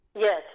Yes